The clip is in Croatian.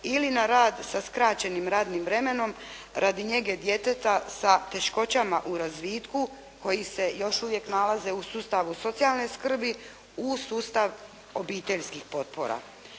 ili na rad sa skraćenim radnim vremenom radi njege djeteta sa teškoćama u razvitku koji se još uvijek nalaze u sustavu socijalne skrbi u sustav obiteljskih potpora.